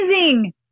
amazing